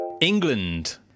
England